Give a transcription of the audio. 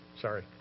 Sorry